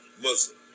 Muslim